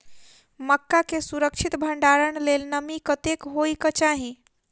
मक्का केँ सुरक्षित भण्डारण लेल नमी कतेक होइ कऽ चाहि?